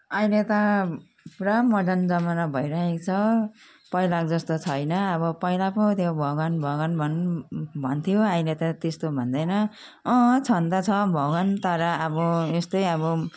अहिले त पुरा मर्डन जमाना भइरहेको छ पहिलाको जस्तो छैन अब पहिलाको त्यो भगवान् भगवान् भन् भन्थ्यो अहिले त त्यस्तो भन्दैन अँ छनु त छ भगवान् तर अब यस्तै अब